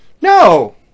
No